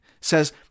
says